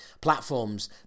platforms